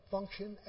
Function